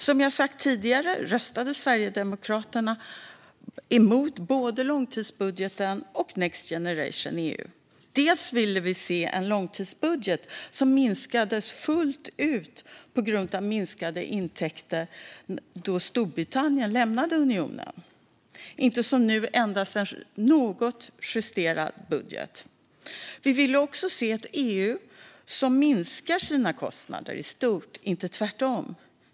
Som jag sagt tidigare röstade Sverigedemokraterna emot både långtidsbudgeten och Next Generation EU. Vi ville se en långtidsbudget som minskades fullt ut på grund av minskade intäkter då Storbritannien lämnade unionen och inte som nu endast en något justerad budget. Vi vill också se ett EU som minskar sina kostnader i stort, inte tvärtom.